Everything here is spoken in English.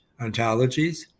ontologies